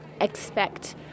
expect